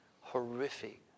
horrific